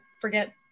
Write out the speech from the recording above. forget